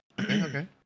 Okay